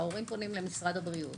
ההורים פונים למשרד הבריאות,